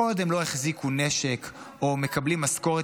כל עוד לא החזיקו נשק או מקבלים משכורת